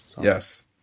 yes